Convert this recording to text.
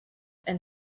and